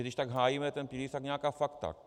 Když tak hájíme ten pilíř, tak nějaká fakta.